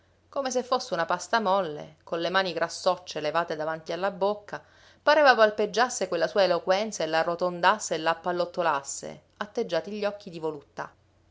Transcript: come se fosse una pasta molle con le mani grassocce levate davanti alla bocca pareva palpeggiasse quella sua eloquenza e la arrotondasse e la appallottolasse atteggiati gli occhi di voluttà